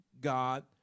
God